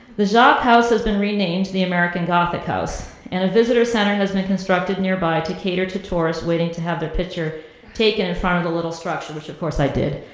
the jop house has been renamed the american gothic house and a visitor center has been constructed nearby to cater to tourists waiting to have their picture taken in front of the little structure, which of course i did.